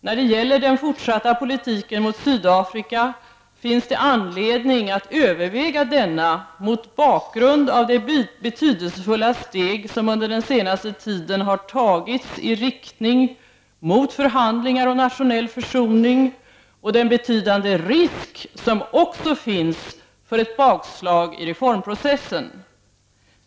När det gäller den fortsatta politiken mot Sydafrika finns det anledning att överväga denna mot bakgrund av de betydelsefulla steg som under den senaste tiden har tagits i riktning mot förhandlingar och nationell försoning och den betydande risk som också finns för ett bakslag i reformprocessen.